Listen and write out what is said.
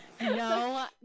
No